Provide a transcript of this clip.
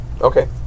Okay